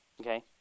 okay